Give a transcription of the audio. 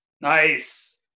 nice